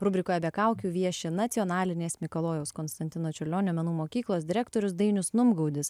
rubrikoje be kaukių vieši nacionalinės mikalojaus konstantino čiurlionio menų mokyklos direktorius dainius numgaudis